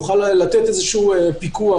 לתת פיקוח,